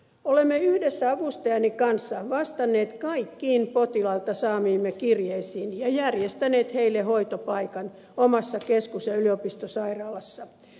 olemme yhdessä avustajani kanssa vastanneet kaikkiin potilailta saamiimme kirjeisiin ja järjestäneet heille hoitopaikan omassa keskus ja yliopistosairaalassa